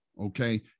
okay